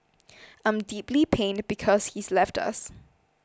I'm deeply pained because he's left us